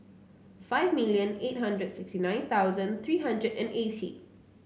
five million eight hundred sixty nine thousand three hundred and eighty